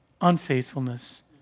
unfaithfulness